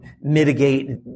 mitigate